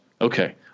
Okay